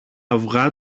αυγά